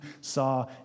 saw